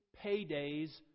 paydays